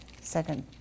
second